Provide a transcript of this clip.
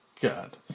god